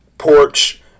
porch